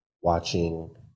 watching